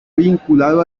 vinculado